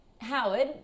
Howard